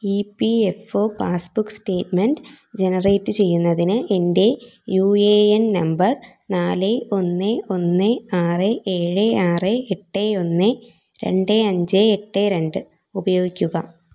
E P F O passbook statement generate ചെയ്യുന്നതിന് എൻ്റെ U A N number നാല് ഒന്ന് ഒന്ന് ആറ് ഏഴ് ആറ് എട്ട് ഒന്ന് രണ്ട് അഞ്ച് എട്ട് രണ്ട് ഉപയോഗിക്കുക